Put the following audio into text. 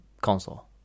console